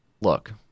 look